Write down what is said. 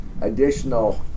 additional